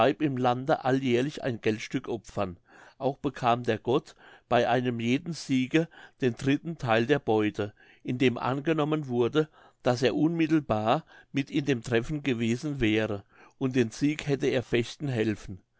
im lande alljährlich ein geldstück opfern auch bekam der gott bei einem jeden siege den dritten theil der beute indem angenommen wurde daß er unmittelbar mit in dem treffen gewesen wäre und den sieg hätte erfechten helfen